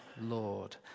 Lord